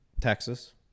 Texas